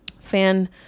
fan